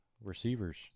receivers